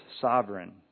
sovereign